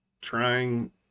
trying